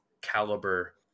caliber